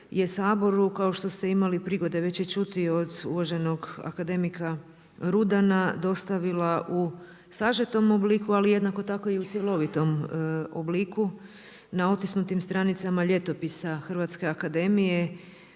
saboru kao što ste imali prigode već i čuti od uvaženog akademika Rudana dostavila u sažetom obliku, ali jednako tako i u cjelovitom obliku na otisnutim stranicama ljetopisa Hrvatske akademije